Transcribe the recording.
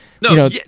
No